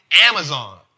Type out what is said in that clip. Amazon